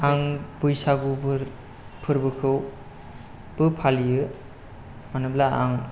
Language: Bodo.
आं बैसागुफोर फोरबोखौबो फालियो मानोब्ला आं